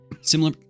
similar